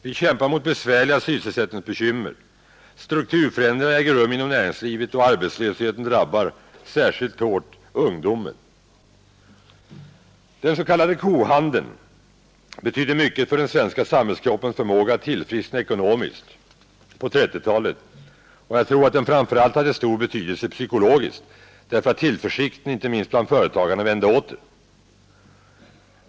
Vi kämpar mot besvärliga sysselsättningsbekymmer, strukturförändringar äger rum inom näringslivet och arbetslösheten drabbar särskilt hårt ungdomen. Den s.k. kohandeln betydde mycket för den svenska samhällskroppens förmåga att tillfriskna ekonomiskt på 1930-talet, och jag tror att den framför allt hade stor betydelse psykologiskt, därför att tillförsikten, inte minst bland företagarna, vände åter.